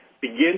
begin